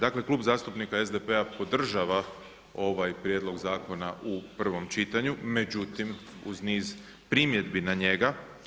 Dakle, Klub zastupnika SDP-a podržava ovaj prijedlog zakona u prvom čitanju, međutim, uz niz primjedbi na njega.